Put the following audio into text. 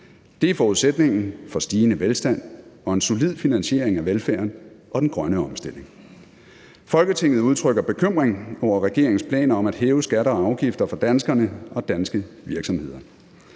Det er forudsætningen for stigende velstand og en solid finansiering af velfærden og den grønne omstilling. Folketinget udtrykker bekymring over regeringens planer om at hæve skatter og afgifter for danskerne og danske virksomheder.